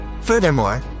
furthermore